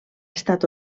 estat